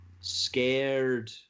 scared